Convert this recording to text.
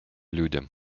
людям